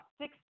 six